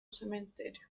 cementerio